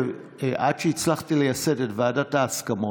עד שהצלחתי לייסד את ועדת ההסכמות,